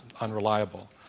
unreliable